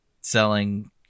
selling